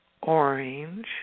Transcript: orange